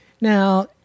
Now